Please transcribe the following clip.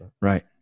Right